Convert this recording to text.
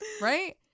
Right